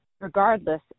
Regardless